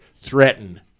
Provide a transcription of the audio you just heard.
threaten